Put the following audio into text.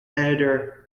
editor